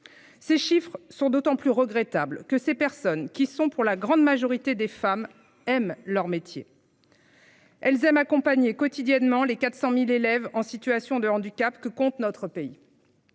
Ces chiffres sont d'autant plus regrettable que ces personnes qui sont pour la grande majorité des femmes aiment leur métier.-- Elles aiment accompagner quotidiennement les 400.000 élèves en situation de handicap que compte notre pays.